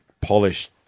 polished